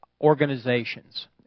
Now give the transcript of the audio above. organizations